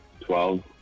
Twelve